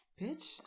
Bitch